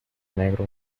negro